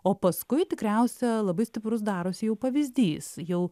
o paskui tikriausia labai stiprus darosi jau pavyzdys jau